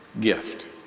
gift